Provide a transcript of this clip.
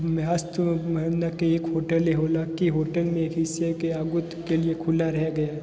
मेहास्थ महीना के एक होटल एहोला के होटल में एक हिस्से के अगुत के लिए खुला रह गया है